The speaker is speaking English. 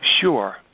Sure